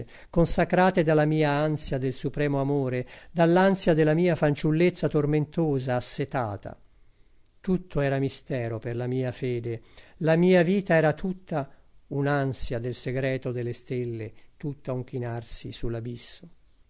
consacrate dalla mia ansia del supremo amore dall'ansia della mia fanciullezza tormentosa assetata tutto era mistero per la mia fede la mia vita era tutta un'ansia del segreto delle stelle tutta un chinarsi sull'abisso